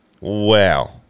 wow